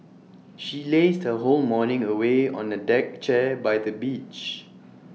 she lazed her whole morning away on A deck chair by the beach